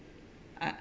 I